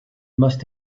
must